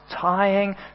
tying